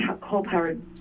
coal-powered